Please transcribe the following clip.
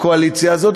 בקואליציה הזאת.